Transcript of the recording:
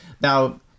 now